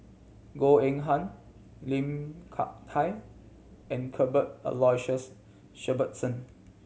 Goh Eng Han Lim Hak Tai and Cuthbert Aloysius Shepherdson